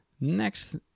next